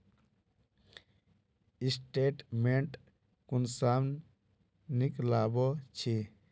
Statement कुंसम निकलाबो छी?